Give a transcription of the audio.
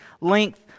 length